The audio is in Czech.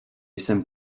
jsem